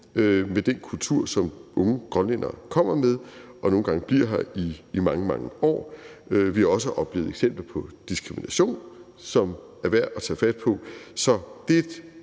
med den kultur, som unge grønlændere, der nogle gange bliver her i mange, mange år, kommer med. Vi har også oplevet eksempler på diskrimination, som er værd at tage fat på. Så det er et